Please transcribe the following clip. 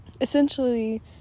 essentially